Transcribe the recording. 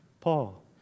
Paul